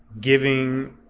giving